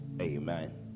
Amen